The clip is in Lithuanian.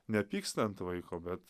nepyksta ant vaiko bet